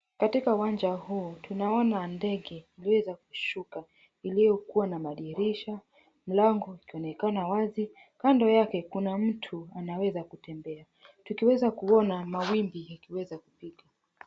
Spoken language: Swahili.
Katika uwajna huu tunaona ndege iliyoweza kushuka iliokuwa na madrisha milango unaonekana wazi kando yake kuna mtu anaweza kutembea utaweza kuona mawingu.